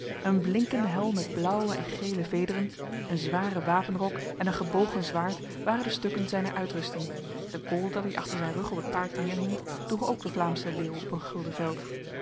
een blinkende helm met blauwe en gele vederen een zware wapenrok en een gebogen zwaard waren de stukken zijner uitrusting de kolder die achter zijn rug op het paard neerhing droeg ook de vlaamse leeuw op een gulden veld